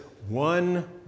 One